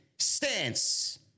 Stance